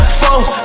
phones